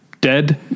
dead